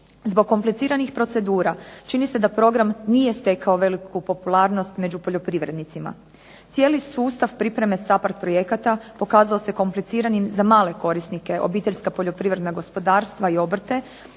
Zbog kompliciranih procedura čini se da program nije stekao veliku popularnost među poljoprivrednicima. Cijeli sustav pripreme SAPHARD projekata pokazao se kompliciranim za male korisnike, obiteljska poljoprivredna gospodarstva i obrte,